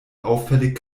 auffällig